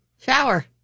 Shower